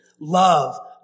love